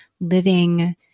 living